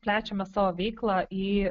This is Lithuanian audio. plečiame savo veiklą į